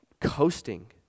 coasting